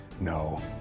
no